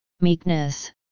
meekness